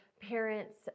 parents